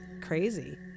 crazy